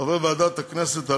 חברי ועדת הכנסת,